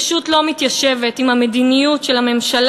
פשוט לא מתיישבת עם המדיניות של הממשלה